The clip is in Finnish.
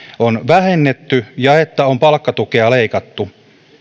on vähennetty ja palkkatukea on leikattu